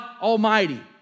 Almighty